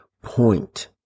Point